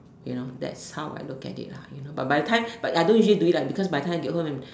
you know that's how I look at it lah you know but by the time but ya I don't usually don't it lah because by the time get home and